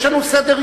יש לנו סדר-יום.